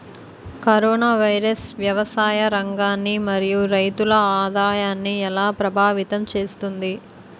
Corona virus వ్యవసాయ రంగాన్ని మరియు రైతుల ఆదాయాన్ని ఎలా ప్రభావితం చేస్తుంది?